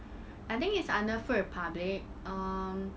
I think it's under food republic um